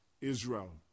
Israel